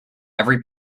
every